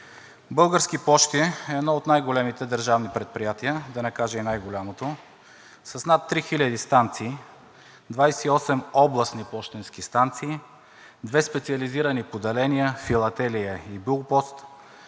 „Български пощи“ е едно от най-големите държавни предприятия, да не кажа най-голямото, с над 3000 станции, 28 областни пощенски станции, две специализирани поделения – „Филателия“ и „Булпост“,